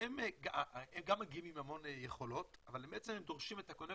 הם מגיעים עם המון יכולות אבל הם דורשים את הקשר